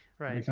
right.